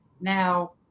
Now